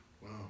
Wow